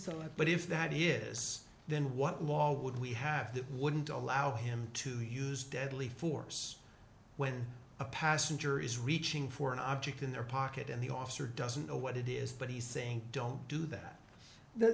it but if that is then what law would we have that wouldn't allow him to use deadly force when a passenger is reaching for an object in their pocket and the officer doesn't know what it is but he's saying don't do that th